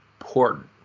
important